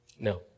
No